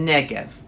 Negev